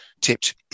tipped